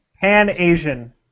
Pan-Asian